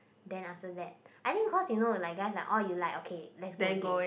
then after that I think cause you know like guys like orh you like okay let's go again